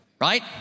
right